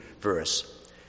verse